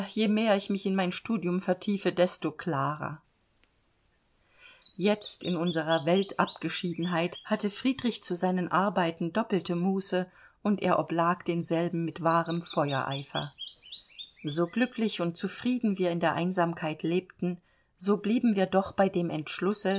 je mehr ich mich in mein studium vertiefe desto klarer jetzt in unserer weltabgeschiedenheit hatte friedrich zu seinen arbeiten doppelte muße und er oblag denselben mit wahrem feuereifer so glücklich und zufrieden wir in der einsamkeit lebten so blieben wir doch bei dem entschlusse